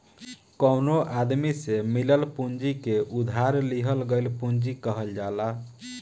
कवनो आदमी से मिलल पूंजी के उधार लिहल गईल पूंजी कहल जाला